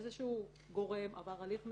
איזה שהוא גורם עבר הליך מסודר,